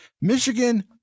Michigan